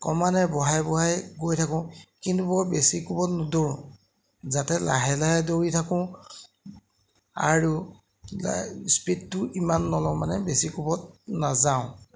ক্ৰমান্বয়ে বঢ়াই বঢ়াই গৈ থাকোঁ কিন্তু বৰ বেছি কোবত নদৌৰোঁ যাতে লাহে লাহে দৌৰি থাকোঁ আৰু স্পীডটো ইমান নলওঁ মানে বেছি কোবত নাযাওঁ